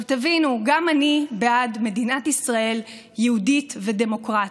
תבינו, גם אני בעד מדינת ישראל יהודית ודמוקרטית,